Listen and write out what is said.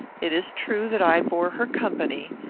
it is true that i bore her company,